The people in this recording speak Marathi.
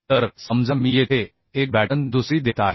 तर समजा मी येथे एक बॅटन दुसरी देत आहे